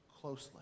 closely